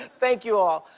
thank you all.